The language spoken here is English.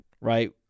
right